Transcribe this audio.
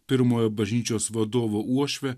pirmojo bažnyčios vadovo uošvę